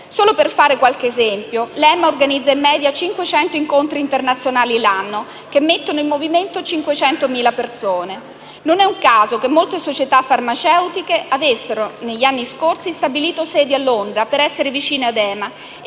Solo per fare un esempio, l'EMA organizza in media 500 incontri internazionali all'anno che mettono in movimento 500.000 persone. Non è un caso che molte società farmaceutiche avessero, negli anni scorsi, stabilito sedi a Londra per essere vicine a EMA.